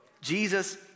Jesus